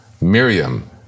Miriam